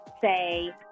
say